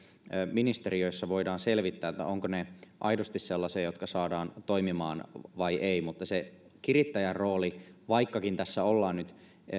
ministeriöissä voidaan selvittää ovatko ne aidosti sellaisia jotka saadaan toimimaan vai eivät mutta siitä kirittäjän roolista vaikkakin tässä ollaan nyt